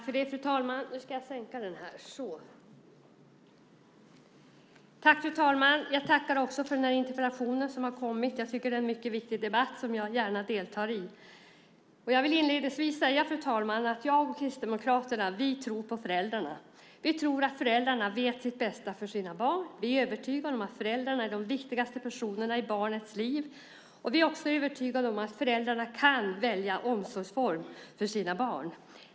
Fru talman! Först vill jag tacka för att den här interpellationen har kommit. Det är en mycket viktig debatt och en debatt som jag gärna deltar i. Fru talman! Jag och Kristdemokraterna tror på föräldrarna. Vi tror att föräldrarna vet vad som är det bästa för sina barn. Vi är övertygade om att föräldrarna är de viktigaste personerna i ett barns liv. Vi är också övertygade om att föräldrarna kan välja omsorgsform för sina barn.